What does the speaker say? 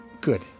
Good